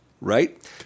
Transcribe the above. right